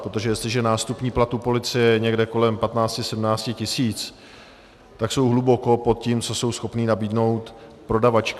Protože jestliže nástupní plat u policie je někde kolem 1517 tisíc, tak jsou hluboko pod tím, co jsou schopni nabídnout prodavačkám.